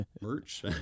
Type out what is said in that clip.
merch